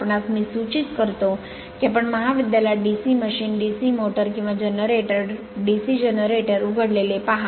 आपणास मी सूचित करतो की आपण महाविद्यालयात DC मशीन DC मोटर किंवा DC जनरेटर उघडलेले पहा